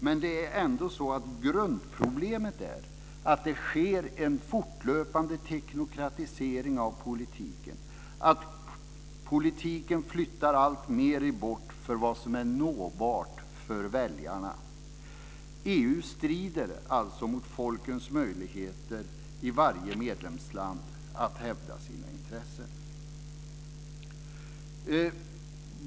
Men det är ändå så att grundproblemet är att det sker en fortlöpande teknokratisering av politiken och att politiken flyttar allt längre bort från det som är nåbart för väljarna. EU strider alltså mot folkens möjligheter i varje medlemsland att hävda sina intressen.